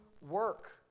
work